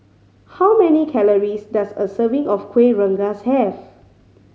how many calories does a serving of Kuih Rengas have